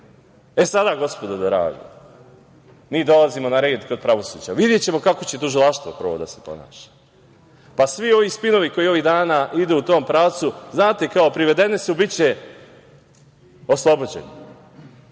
gospodo draga, mi dolazimo na red kod pravosuđa. Videćemo kako će tužilaštvo prvo da se ponaša. Svi ovi spinovi koji ovih dana idu u tom pravcu, znate kao – privedeni su, biće oslobođeni.